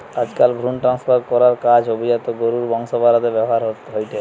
আজকাল ভ্রুন ট্রান্সফার করার কাজ অভিজাত গরুর বংশ বাড়াতে ব্যাভার হয়ঠে